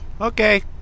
Okay